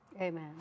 Amen